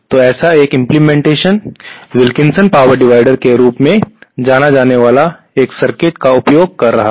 तो ऐसा एक इम्प्लीमेंटेशन विल्किंसन पावर डिवीडर के रूप में जाना जाने वाला एक सर्किट का उपयोग कर रहा है